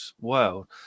world